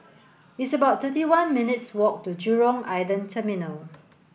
it's about thirty one minutes' walk to Jurong Island Terminal